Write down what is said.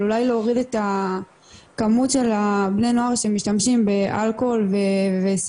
אבל אולי להוריד את הכמות של בני הנוער שמשתמשים באלכוהול וסיגריות.